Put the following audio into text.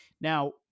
now